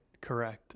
correct